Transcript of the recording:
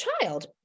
child